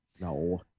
No